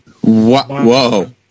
Whoa